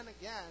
again